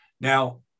Now